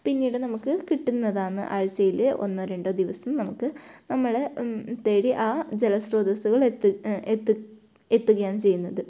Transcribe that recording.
പിന്നീട് നമുക്ക് കിട്ടുന്നതാണ് ആഴ്ചയിൽ ഒന്നോ രണ്ടോ ദിവസം നമുക്ക് നമ്മൾ തേടി ആ ജലസ്രോതസ്സുകൾ എത്ത് എത്തും എത്തുകയാണ് ചെയ്യുന്നത്